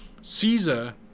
Caesar